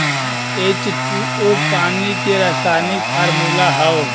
H two O पानी के रासायनिक फार्मूला हौ